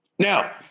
Now